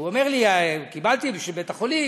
והוא אומר לי: קיבלתי בשביל בית-החולים,